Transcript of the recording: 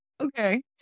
okay